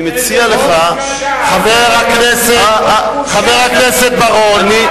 אני מציע לך, חבר הכנסת בר-און.